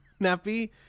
nappy